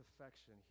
affection